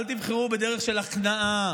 אל תבחרו בדרך של הכנעה.